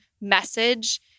message